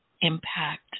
Impact